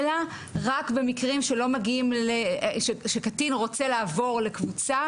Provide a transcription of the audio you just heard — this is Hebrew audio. אלא רק במקרים שקטין רוצה לעבור לקבוצה